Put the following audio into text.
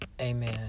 Amen